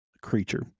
creature